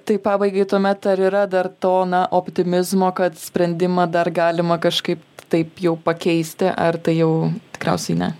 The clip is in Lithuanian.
tai pabaigai tuomet ar yra dar to na optimizmo kad sprendimą dar galima kažkaip taip jau pakeisti ar tai jau tikriausiai ne